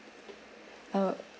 uh